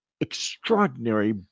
extraordinary